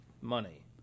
money